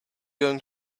going